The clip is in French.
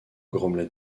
grommela